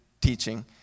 teaching